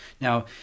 Now